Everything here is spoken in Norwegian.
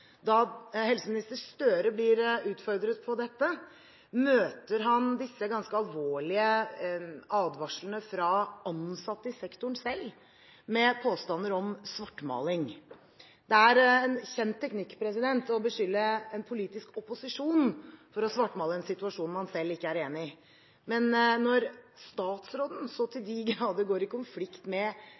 Da helseminister Gahr Støre ble utfordret på dette, møtte han disse ganske alvorlige advarslene fra ansatte i sektoren selv med påstander om svartmaling. Det er en kjent teknikk å beskylde en politisk opposisjon for å svartmale en situasjon man selv ikke er enig i, men når statsråden så til de grader går i konflikt med